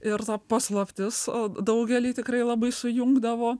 ir ta paslaptis a daugelį tikrai labai sujungdavo